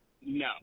No